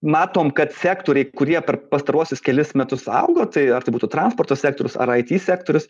matom kad sektoriai kurie per pastaruosius kelis metus augo tai ar tai būtų transporto sektorius ar it sektorius